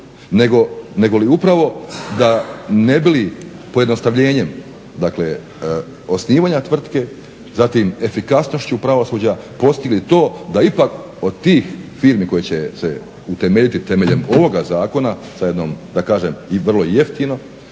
nego upravo ne bi li pojednostavljenjem dakle osnivanja tvrtke, zatim efikasnošću pravosuđa postigli to da ipak od tih firmi koje će se utemeljiti temeljem ovoga zakona da kažem i vrlo jeftino,